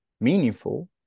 meaningful